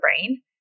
brain